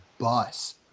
Bus